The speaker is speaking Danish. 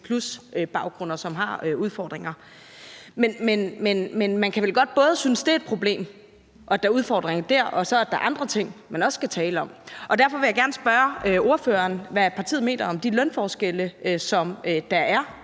lgbt+-identitet, som har udfordringer. Men man kan vel godt både synes, at det er et problem, og at der er udfordringer der, og så, at der er andre ting, man også skal tale om? Derfor vil jeg gerne spørge ordføreren, hvad partiet mener om de lønforskelle, der